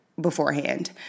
beforehand